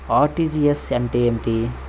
RTGS అంటే ఏమిటి?